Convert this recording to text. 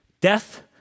death